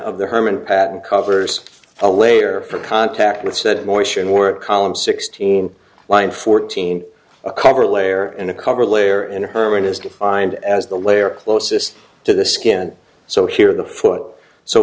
of the herman patent covers a layer for contact with said moisture in or a column sixteen line fourteen a cover layer in a cover layer in herman is defined as the layer closest to the skin so here the foot so